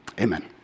amen